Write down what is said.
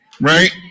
right